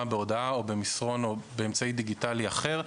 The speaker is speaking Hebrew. בהודעה או במסרון או באמצעי דיגיטלי אחר.